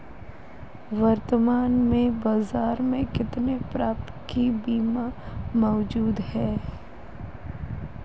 वर्तमान में बाज़ार में कितने प्रकार के बीमा मौजूद हैं?